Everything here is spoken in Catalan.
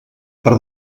per